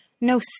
no